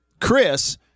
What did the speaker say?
Chris